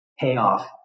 payoff